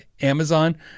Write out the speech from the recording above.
Amazon